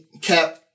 Cap